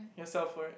yourself for it